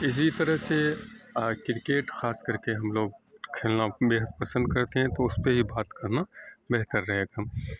اسی طرح سے کرکٹ خاص کر کے ہم لوگ کھیلنا بے حد پسند کرتے ہیں اس پہ ہی بات کرنا بہتر رہے گا